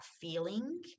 feeling